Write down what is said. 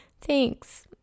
thanks